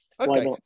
okay